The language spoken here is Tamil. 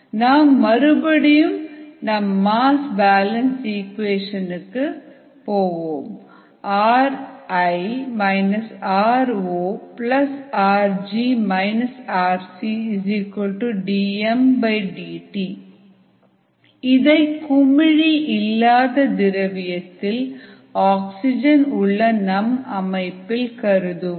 நாம் மறுபடியும் நம் மாஸ் பேலன்ஸ் இக்குவேஷன் பார்ப்போம் ri ro rg rcdmdt இதை குமிழி இல்லாத திரவியத்தில் ஆக்சிஜன் உள்ள நம் அமைப்பில் கருதுவோம்